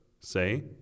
Say